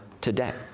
today